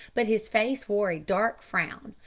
but his face wore a dark frown,